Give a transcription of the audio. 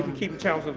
um keep count of